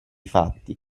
fatti